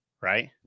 right